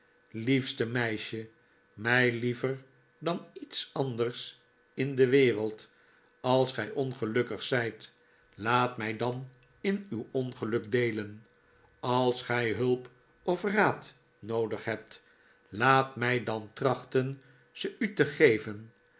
liefste meisje mij liever dan iets anders in de wereld als gij ongelukkig zijt laat mij dan in aw ongeluk deelen als gij hulp of raad noodig hebt laat mij dan trachten ze u te geven